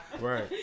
Right